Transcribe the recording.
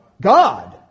God